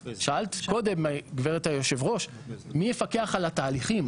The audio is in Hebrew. שאלת קודם גברת יושבת הראש מי יפקח על התהליכים?